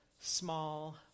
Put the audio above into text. small